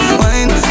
wine